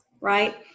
right